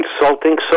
insulting